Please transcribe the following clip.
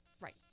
Right